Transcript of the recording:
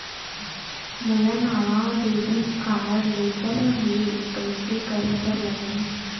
मोला नावा debit card लेबर हे, कइसे करे बर लगही?